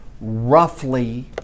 roughly